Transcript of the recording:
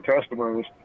customers